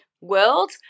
world